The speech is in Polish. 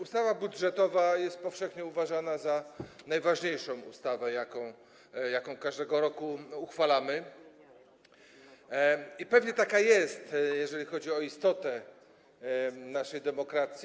Ustawa budżetowa jest powszechnie uważana za najważniejszą ustawę, jaką każdego roku uchwalamy, i pewnie taka jest, jeżeli chodzi o istotę naszej demokracji.